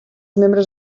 membres